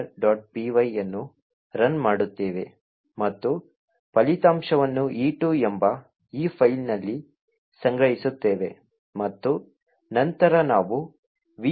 py ಅನ್ನು run ಮಾಡುತ್ತೇವೆ ಮತ್ತು ಫಲಿತಾಂಶವನ್ನು e2 ಎಂಬ ಈ ಫೈಲ್ನಲ್ಲಿ ಸಂಗ್ರಹಿಸುತ್ತೇವೆ ಮತ್ತು ನಂತರ ನಾವು vuln